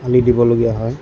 আলি দিবলগীয়া হয়